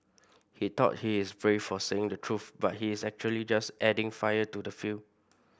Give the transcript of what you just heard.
he thought he's brave for saying the truth but he's actually just adding fire to the fuel